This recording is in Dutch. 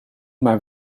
maar